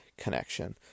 connection